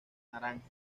naranjo